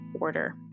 order